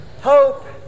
hope